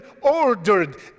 ordered